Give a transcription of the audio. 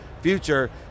future